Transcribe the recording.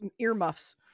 earmuffs